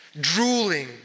drooling